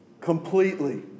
Completely